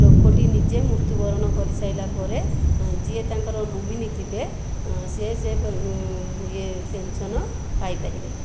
ଲୋକଟି ନିଜେ ମୃତ୍ୟୁବରଣ କରିସାରିଲା ପରେ ଯିଏ ତାଙ୍କର ନୋମିନି ଥିବେ ସେ ସେ ଇଏ ପେନ୍ସନ୍ ପାଇପାରିବେ